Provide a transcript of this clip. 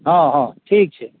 हँ हँ ठीक छै